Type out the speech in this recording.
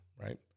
Right